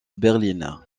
berline